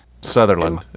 sutherland